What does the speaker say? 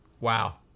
Wow